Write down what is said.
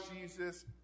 Jesus